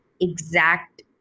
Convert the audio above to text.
exact